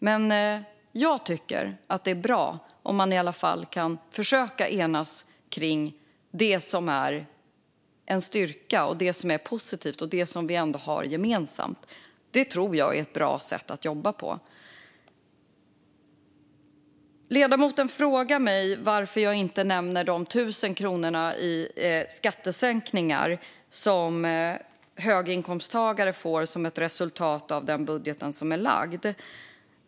Men jag tycker att det är bra om man i alla fall kan försöka enas om det som är en styrka och som är positivt och om det som vi ändå har gemensamt. Det tror jag är ett bra sätt att jobba på. Ledamoten frågade mig varför jag inte nämnde de 1 000 kronor i skattesänkning som höginkomsttagare får som ett resultat av den beslutade budgeten.